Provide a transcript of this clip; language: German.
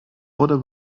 oder